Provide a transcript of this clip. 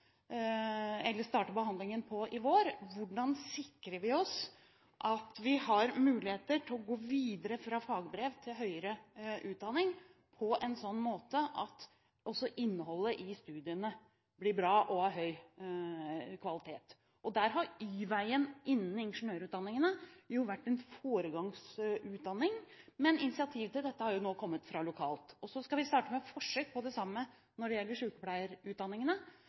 starte behandlingen av i vår. Hvordan sikrer vi oss at vi har muligheter til å gå videre fra fagbrev til høyere utdanning på en slik måte at også innholdet i studiene blir bra og av høy kvalitet? Der har Y-veien innen ingeniørutdanningene vært en foregangsutdanning, men initiativet til dette har nå kommet fra lokalt hold. Vi skal starte med forsøk på det samme når det gjelder